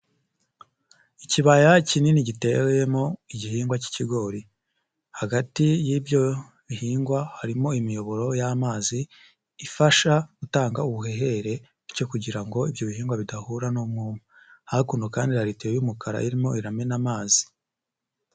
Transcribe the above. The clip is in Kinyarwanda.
Ikibaya kinini gitewemo igihingwa cy'ikigori, hagati y'ibyo bihingwa harimo imiyoboro y'amazi ifasha gutanga ubuhehere bityo kugira ngo ibyo bihingwa bidahura n'umwuma, hakuno kandi hari itiyo y'umukara irimo iramena amazi.